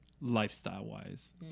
lifestyle-wise